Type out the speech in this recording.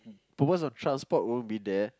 because of transport won't be there